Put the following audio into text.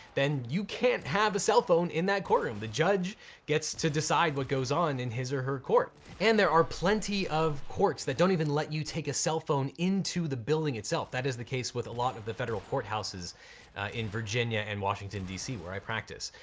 then you can't have a cell phone in that courtroom. the judge gets to decide what goes on in his or her court, and there are plenty of courts that don't even let you take a cell phone into the building itself, that is the case with a lot of the federal courthouses in virginia and washington dc where i practice.